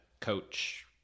coach